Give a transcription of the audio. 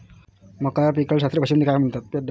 मका या पिकाले शास्त्रीय भाषेमंदी काय म्हणतात?